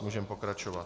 Můžeme pokračovat.